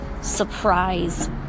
surprise